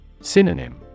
Synonym